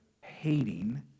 hating